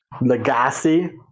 Legacy